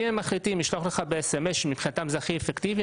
אם הם מחליטים לשלוח לך ב-SMS שמבחינתם זה הכי אפקטיבי,